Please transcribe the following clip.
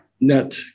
net